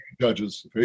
judges